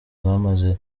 bamaze